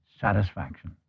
satisfaction